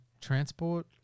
transport